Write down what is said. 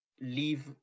leave